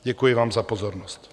Děkuji vám za pozornost.